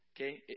Okay